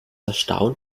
erstaunt